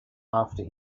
after